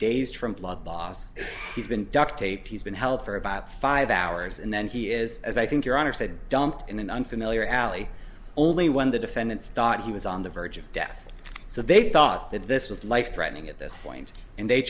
dazed from blood loss he's been duct taped he's been held for about five hours and then he is as i think your honor said dumped in an unfamiliar alley only one of the defendants thought he was on the verge of death so they thought that this was light threatening at this point and they